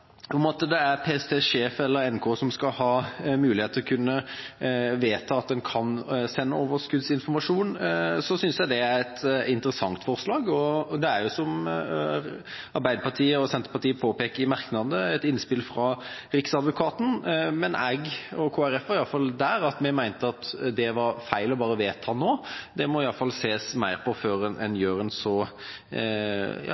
at det er sjefen eller assisterende sjef for PST som skal ha mulighet til å kunne vedta at en kan sende overskuddsinformasjon, synes jeg det er et interessant forslag. Det er, som Arbeiderpartiet og Senterpartiet påpeker i merknaden, et innspill fra riksadvokaten, men jeg og Kristelig Folkeparti mente i hvert fall at det var feil bare å vedta det nå. Det må i hvert fall ses mer på før